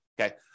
okay